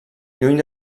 lluny